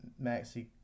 Maxi